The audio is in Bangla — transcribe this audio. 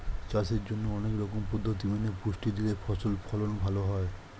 চাষের জন্যে অনেক রকম পদ্ধতি মেনে পুষ্টি দিলে ফসল ফলন ভালো হয়